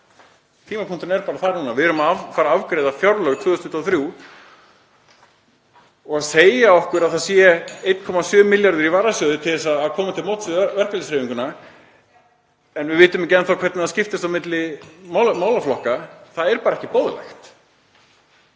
Tímapunkturinn er bara þar núna. Við erum að fara að afgreiða fjárlög 2023. Að segja okkur að það séu 1,7 milljarðar í varasjóði til þess að koma til móts við verkalýðshreyfinguna, en við vitum ekki enn þá hvernig það skiptist á milli málaflokka, er bara ekki boðlegt.